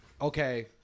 okay